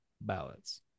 ballots